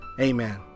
amen